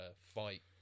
fight